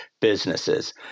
businesses